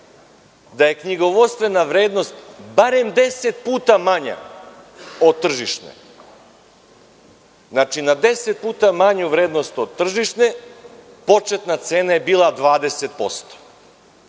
99,99% knjigovodstvene vrednost barem deset puta manja od tržišne. Znači, na deset puta manju vrednost od tržišne početna cena je bila 20%.